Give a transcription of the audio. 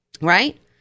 Right